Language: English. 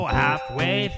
halfway